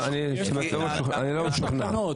אני לא משוכנע.